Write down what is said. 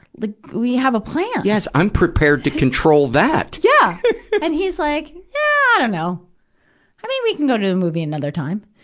like, we have a plan. yes, i'm prepared to control that! yeah. m and he's like, yeah. i dunno. i mean, we can go to the movie another time.